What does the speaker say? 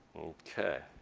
okay.